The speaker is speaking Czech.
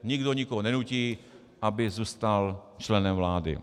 Nikdo nikoho nenutí, aby zůstal členem vlády.